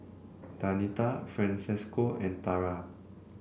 Danita Francesco and Tarah